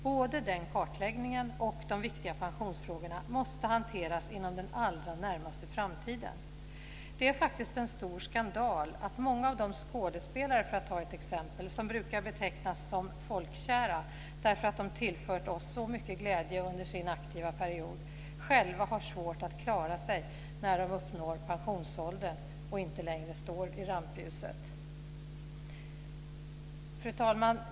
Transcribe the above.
Både den kartläggningen och de viktiga pensionsfrågorna måste hanteras inom den allra närmaste framtiden. Det är faktiskt en stor skandal att många av de skådespelare - för att ta ett exempel - som brukar betecknas som folkkära därför att de tillfört oss så mycket glädje under sin aktiva period, själva har svårt att klara sig när de uppnår pensionsåldern och inte längre står i rampljuset. Fru talman!